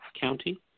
County